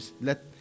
let